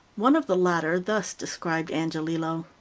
one of the latter thus described angiolillo